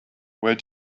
where